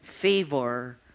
favor